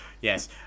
Yes